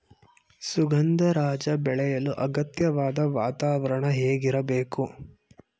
ಸುಗಂಧರಾಜ ಬೆಳೆಯಲು ಅಗತ್ಯವಾದ ವಾತಾವರಣ ಹೇಗಿರಬೇಕು?